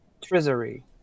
Treasury